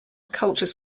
culture